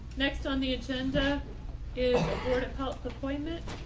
next on the agenda is health appointment.